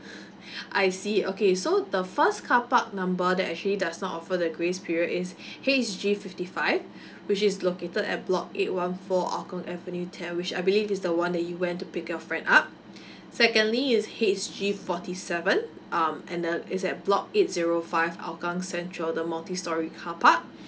I see okay so the first carpark number that actually does not offer the grace period is H G fifty five which is located at block eight one four hougang avenue ten which I believe is the one that you went to pick your friend up secondly is H G forty seven um and then it's at block eight zero five hougang central the multi storey carpark